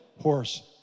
Horse